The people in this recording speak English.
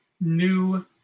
new